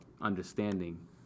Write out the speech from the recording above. understanding